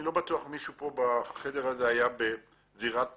אני לא בטוח אם מישהו פה בחדר היה בזירת פיגוע,